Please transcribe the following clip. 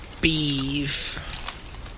beef